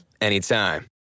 anytime